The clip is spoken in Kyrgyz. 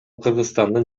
кыргызстандын